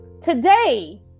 Today